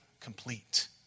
complete